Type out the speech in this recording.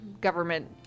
government